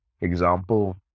example